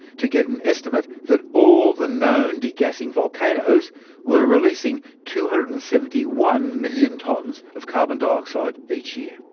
to get an estimate that all the known degassing volcanoes were releasing two hundred and seventy one million tonnes of carbon dioxide each year.